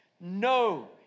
No